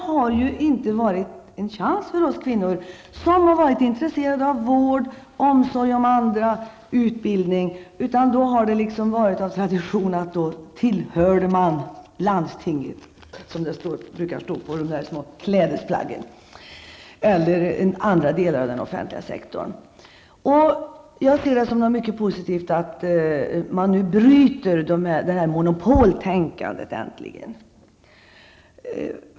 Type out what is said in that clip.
Men det har inte varit en chans för oss kvinnor, som var intresserade av vård och omsorg om andra, eller av utbildning, utan då har man av tradition ''tillhört landstinget'', som det brukar stå på de små klädesplaggen, eller hamnat inom andra delar av den offentliga sektorn. Jag ser det som mycket positivt att man nu äntligen bryter detta monopoltänkande.